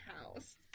house